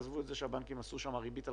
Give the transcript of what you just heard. עזבו את זה שהבנקים עשו שם ריבית על